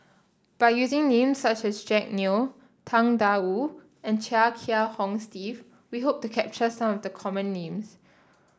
by using names such as Jack Neo Tang Da Wu and Chia Kiah Hong Steve we hope to capture some of the common names